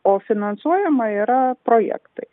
o finansuojama yra projektai